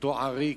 אותו עריק,